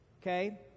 okay